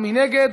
מי נגד?